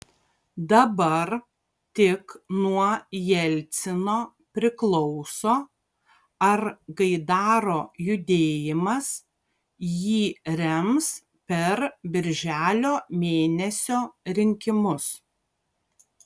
dabar tik nuo jelcino priklauso ar gaidaro judėjimas jį rems per birželio mėnesio rinkimus